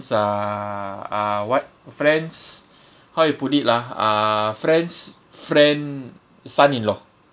uh uh what friend's how you put it lah uh friend's friend son in law